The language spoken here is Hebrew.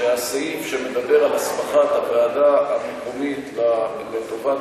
שהסעיף שמדבר על הסמכת הוועדה המקומית לטובת